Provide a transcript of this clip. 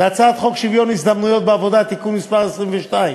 את הצעת חוק שוויון ההזדמנויות בעבודה (תיקון מס' 22),